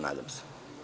Nadam se.